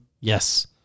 Yes